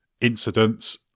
incidents